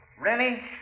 Rennie